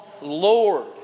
Lord